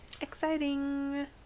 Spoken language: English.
Exciting